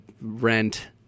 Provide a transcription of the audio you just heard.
rent